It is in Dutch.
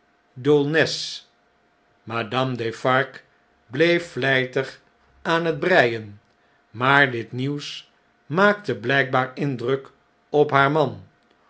madame defarge bleef vln'tig aan het breien maar dit nieuws maakte blijkbaar indruk op haar man